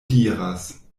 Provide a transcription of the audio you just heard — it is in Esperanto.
diras